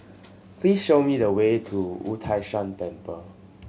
please show me the way to Wu Tai Shan Temple